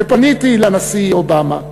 ופניתי לנשיא אובמה,